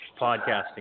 podcasting